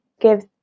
give